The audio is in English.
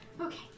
okay